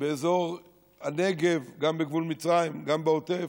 באזור הנגב, גם בגבול מצרים, גם בעוטף.